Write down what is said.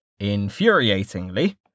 Infuriatingly